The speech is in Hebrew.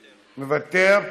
מוותר,